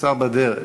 השר בדרך.